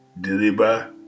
deliver